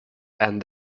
and